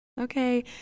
Okay